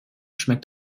schmeckt